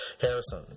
Harrison